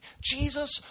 Jesus